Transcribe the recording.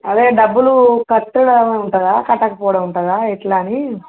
అదే డబ్బులు కట్టడం ఉంటుందా కట్టకపోవడం ఉంటుందా ఎట్లా అని